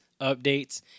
updates